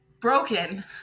Broken